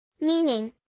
Meaning